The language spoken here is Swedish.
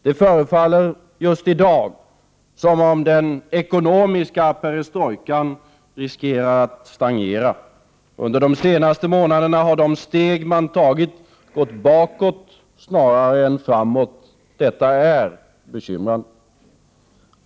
Det förefaller just i dag som om den ekonomiska perestrojkan riskerar att stagnera. Under de senaste månaderna har de steg man tagit gått bakåt snarare än framåt. Detta är bekymmersamt.